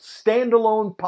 standalone